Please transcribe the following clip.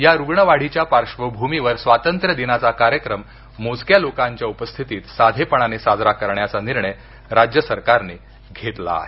या रुग्ण वाढीच्या पार्बभूमीवर स्वातंत्र्यदिनाचा कार्यक्रम मोजक्या लोकांच्या उपस्थितीत साधेपणाने साजरा करण्याचा निर्णय राज्य सरकारने घेतला आहे